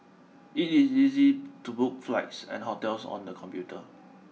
it is easy to book flights and hotels on the computer